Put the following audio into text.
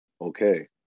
okay